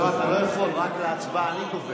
אתה מוכן להוציא אותי עכשיו, אני אחזור